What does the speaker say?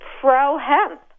pro-hemp